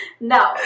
No